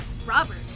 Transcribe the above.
Robert